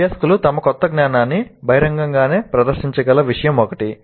అభ్యాసకులు తమ కొత్త జ్ఞానాన్ని బహిరంగంగా ప్రదర్శించగల విషయం ఒకటి